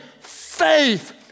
faith